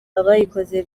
abayikoze